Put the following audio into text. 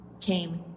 came